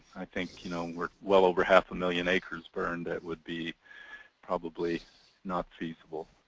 i think you know where well over half a million acres burned, it would be probably not feasible.